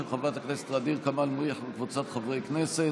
של חברת הכנסת ע'דיר כמאל מריח וקבוצת חברי הכנסת.